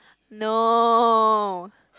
no